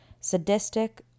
Sadistic